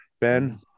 Ben